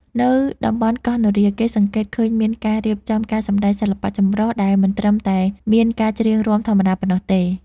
នៅតំបន់កោះនរា គេសង្កេតឃើញមានការរៀបចំការសម្តែងសិល្បៈចម្រុះ ដែលមិនត្រឹមតែមានការច្រៀងរាំធម្មតាប៉ុណ្ណោះទេ។